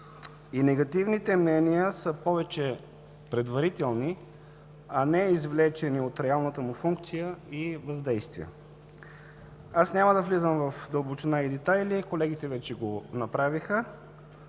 и негативните мнения са повече предварителни, а не извлечени от реалната му функция и въздействия. Аз няма да влизам в дълбочина и детайли. Колегите вече го направиха.